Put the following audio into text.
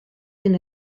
ben